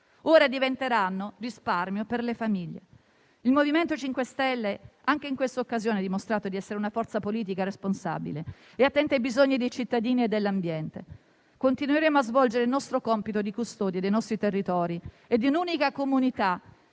ora diventeranno risparmio per le famiglie. Il MoVimento 5 Stelle ha dimostrato anche in questa occasione di essere una forza politica responsabile e attenta ai bisogni dei cittadini e dell'ambiente. Continuiamo a svolgere il nostro compito di custodi dei nostri territori e a essere un'unica comunità